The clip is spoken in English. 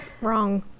wrong